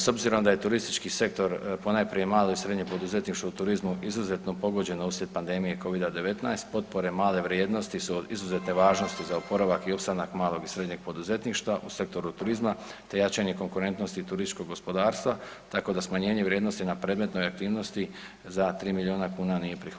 S obzirom da je turistički sektor, ponajprije malo i srednje poduzetništvo u turizmu izuzetno pogođeno uslijed pandemije Covid-19 potpore male vrijednosti su od izuzetne važnosti za oporavak i opstanak malog i srednjeg poduzetništva u sektoru turizma, te jačanje konkurentnosti i turističkog gospodarstva, tako da smanjenje vrijednosti na predmetnoj aktivnosti za 3 milijuna kuna nije prihvatljivo.